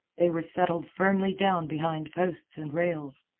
they were settled firmly down behind posts and rails.